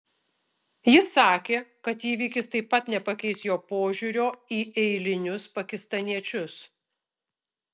jis sakė kad įvykis taip pat nepakeis jo požiūrio į eilinius pakistaniečius